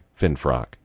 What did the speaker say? Finfrock